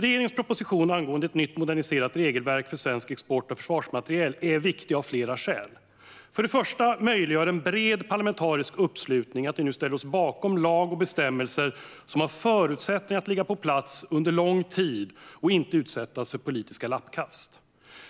Regeringens proposition angående ett nytt moderniserat regelverk för svensk export av försvarsmateriel är viktig av flera skäl. För det första möjliggör en bred parlamentarisk uppslutning att vi nu ställer oss bakom lag och bestämmelser som har förutsättningar att ligga på plats under lång tid och inte utsättas för politiska lappkast.